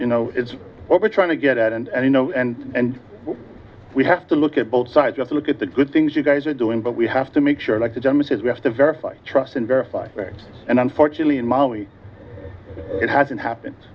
you know what we're trying to get at and you know and we have to look at both sides just look at the good things you guys are doing but we have to make sure like the german says we have to verify trust and verify facts and unfortunately in mali it hasn't happened